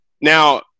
Now